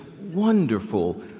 wonderful